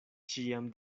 ĉiam